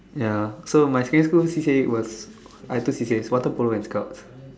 ya so my secondary school C_C_A was I have two C_C_A water polo and Scouts